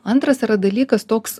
antras yra dalykas toks